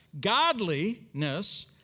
Godliness